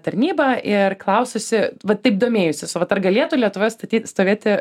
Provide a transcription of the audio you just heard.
tarnybą ir klaususi vat taip domėjusis vat ar galėtų lietuvoje statyt stovėti